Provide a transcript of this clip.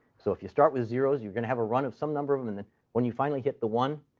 so if you start with zeros, you're going to have a run of some number of them, and then when you finally hit the one,